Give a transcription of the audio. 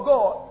God